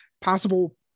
possible